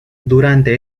durante